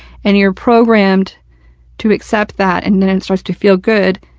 and you're programmed to accept that and then it starts to feel good.